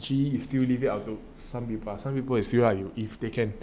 actually still leave it up to some people ah some people you see ah if they can